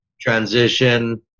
transition